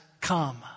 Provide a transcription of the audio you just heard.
come